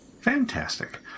Fantastic